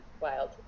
wild